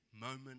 moment